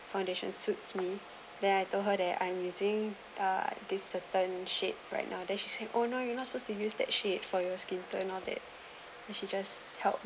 foundation suits me then I told her that I'm using uh this certain shade right now then she say oh no you're not supposed to use that shade for your skin tone all that then she just help